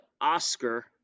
Oscar